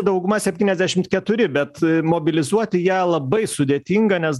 dauguma septyniasdešimt keturi bet mobilizuoti ją labai sudėtinga nes